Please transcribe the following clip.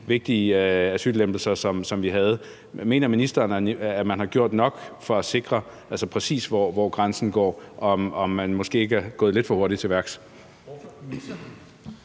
vigtige asylstramninger, som vi havde. Mener ministeren, at man har gjort nok for at sikre, præcis hvor grænsen skal gå? Er man måske ikke gået lidt for hurtigt til værks?